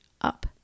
up